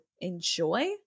enjoy